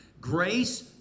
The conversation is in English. Grace